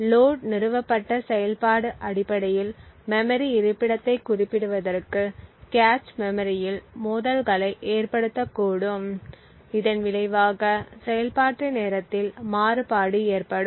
load நிறுவப்பட்ட செயல்பாடு அடிப்படையில் மெமரி இருப்பிடத்தைக் குறிப்பிடுவதற்கு கேச் மெமரியில் மோதல்களை ஏற்படுத்தக்கூடும் இதன் விளைவாக செயல்பாட்டு நேரத்தில் மாறுபாடு ஏற்படும்